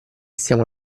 stiamo